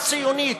הציונית,